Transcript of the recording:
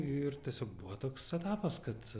ir tiesiog buvo toks etapas kad